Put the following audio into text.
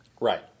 Right